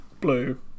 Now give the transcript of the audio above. blue